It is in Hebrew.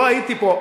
לא הייתי פה.